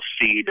Seed